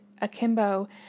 Akimbo